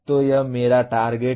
तो यह मेरा टारगेट है